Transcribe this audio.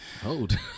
Hold